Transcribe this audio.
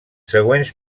següents